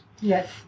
Yes